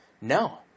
no